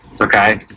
Okay